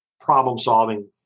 problem-solving